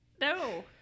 No